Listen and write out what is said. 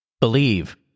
Believe